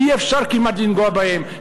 אי-אפשר כמעט לנגוע בהם,